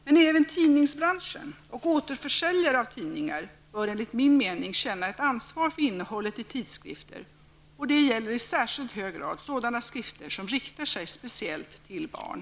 Men även tidningsbranschen och återförsäljare av tidningar bör enligt min mening känna ett ansvar för innehållet i tidskrifter, och det gäller i särskilt hög grad sådana skrifter som riktar sig speciellt till barn.